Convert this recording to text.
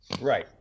Right